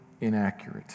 inaccurate